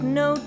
no